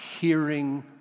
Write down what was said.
hearing